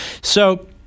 So-